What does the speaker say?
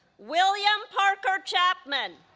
william parker chapman